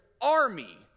army